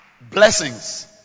Blessings